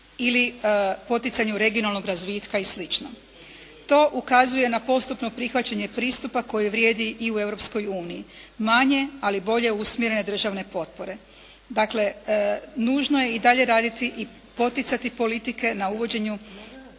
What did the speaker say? ili poticanju regionalnog razvitka i slično. To ukazuje na postupno prihvaćanje pristupa koje vrijedi i u Europskoj uniji, manje ali bolje usmjerene državne potpore. Dakle, nužno je i dalje raditi i poticati politike na uvođenju